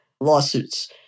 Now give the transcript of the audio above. lawsuits